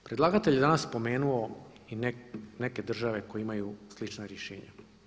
Predlagatelj je danas spomenu i neke države koje imaju slična rješenja.